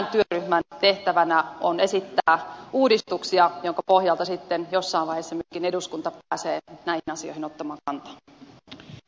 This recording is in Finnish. tämän työryhmän tehtävänä on esittää uudistuksia joiden pohjalta sitten jossain vaiheessa myöskin eduskunta pääsee asiaan ottama hp up p